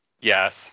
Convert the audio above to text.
Yes